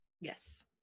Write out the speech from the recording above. yes